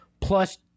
plus